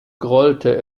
grollte